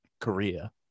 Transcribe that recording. korea